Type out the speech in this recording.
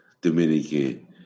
Dominican